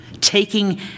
Taking